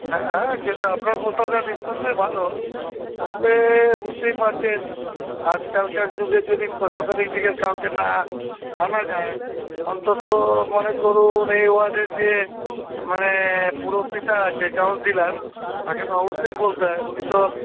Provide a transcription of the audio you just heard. হ্যাঁ কিন্তু আপনার প্রস্তাবটা নিঃসন্দেহে ভালো তবে বুঝতেই পারছেন আজকালকার যুগে যদি প্রশাসনিক দিকের কাউকে না আনা যায় অন্তত মনে করুন এই ওয়ার্ডের যে মানে পৌরপিতা আছে কাউন্সিলর তাকে তো অবশ্যই বলতে হবে উনি তো